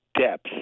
depth